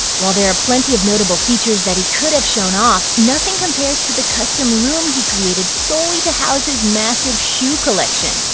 while there are plenty of notable features that he could have shown off, nothing compares to the custom room he created solely to house his massive shoe collection.